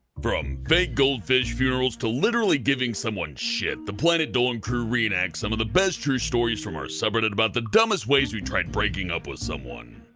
from fake goldfish funerals to literally giving someone shit, the planet dolan crew re-enact some of the best true stories from our subreddit about the dumbest ways we tried breaking up with someone.